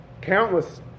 countless